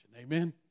Amen